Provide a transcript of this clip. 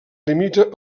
limita